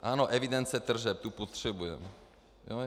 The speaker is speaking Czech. Ano, evidence tržeb, tu potřebujeme.